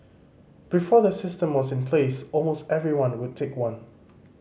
before the system was in place almost everyone would take one